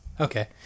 okay